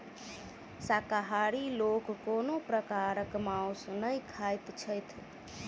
शाकाहारी लोक कोनो प्रकारक मौंस नै खाइत छथि